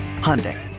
Hyundai